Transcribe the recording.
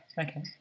Okay